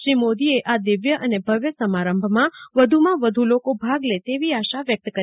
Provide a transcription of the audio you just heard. શ્રી મોદીએ આ દિવ્ય અને ભવ્ય સમારંભમાં વ્ધુમાં વધુ લોકો ભાગ લે તેવી આશા વ્યક્ત કરી